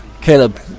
Caleb